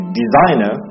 designer